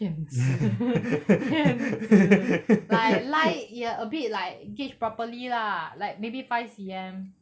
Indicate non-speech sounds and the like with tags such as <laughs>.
骗子 <laughs> like like you're a bit like gauge properly lah like maybe five C_M